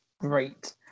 Great